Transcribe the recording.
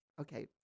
Okay